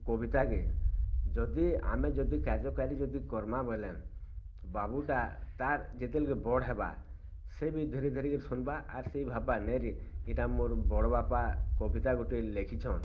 କବିତାକେ ଯଦି ଆମେ ଯଦି କାର୍ଯ୍ୟକାରୀ ଯଦି କରମା ବୋଇଲେଁ ବାବୁଟା ତାର୍ ଯେତେବେଲକେ ବଡ଼୍ ହେବା ସେ ବି ଧୀରେ ଧୀରେ କରି ଶୁନ୍ବା ଆର୍ ସେ ବି ଭାବବା ନେଇଁରେ ଇଟା ମୋର୍ ବଡ଼ବାପା କବିତା ଗୁଟେ ଲେଖିଛନ୍